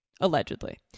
allegedly